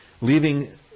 leaving